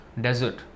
desert